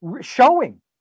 showing